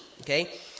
okay